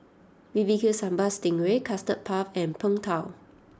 B B Q Sambal Sting Ray Custard Puff and Png Tao